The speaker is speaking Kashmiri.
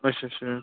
اچھا اچھا